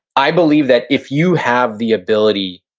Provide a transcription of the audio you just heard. i believe that if you have the ability,